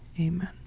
Amen